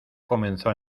comenzó